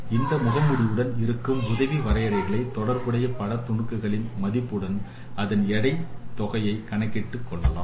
அந்த முகமூடியுடன் இருக்கும் உதவி வரையறைகளை தொடர்புடைய பட துணுக்குகளின் மதிப்புடன் அதன் எடை தொகையை கணக்கிட்டுக் கொள்ளலாம்